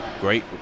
great